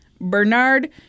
Bernard